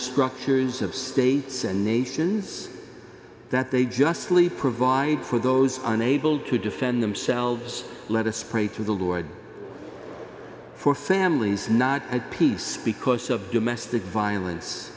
structures of states and nations that they just leave provide for those unable to defend themselves let us pray to the lord for families not at peace because of domestic violence